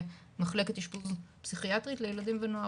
מחלקת אשפוז פסיכיאטרית לילדים ונוער,